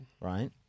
right